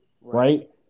right